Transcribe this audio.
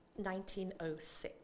1906